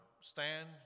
stand